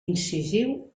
incisiu